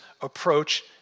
approach